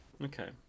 Okay